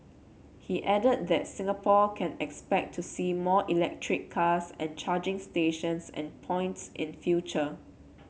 he added that Singapore can expect to see more electric cars and charging stations and points in future